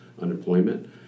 unemployment